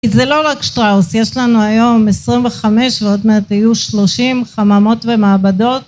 כי זה לא רק שטראוס יש לנו היום 25 ועוד מעט יהיו 30 חממות ומעבדות